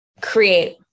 create